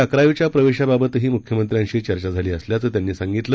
अकरावीच्या प्रवेशाबाबतही मुख्यमंत्र्यांशी चर्चा झाली असल्याचं त्यांनी सांगितलं